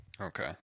Okay